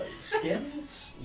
skins